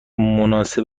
مناسب